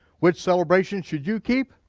which celebration should you keep?